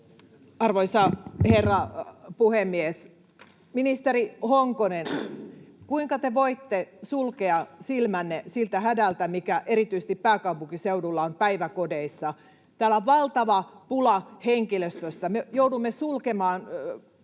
Arvoisa herra puhemies! Ministeri Honkonen, kuinka te voitte sulkea silmänne siltä hädältä, mikä erityisesti pääkaupunkiseudulla on päiväkodeissa? Täällä on valtava pula henkilöstöstä, me joudumme sulkemaan leikkipuistoja